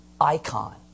icon